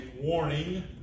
warning